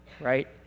right